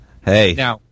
Hey